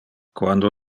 quando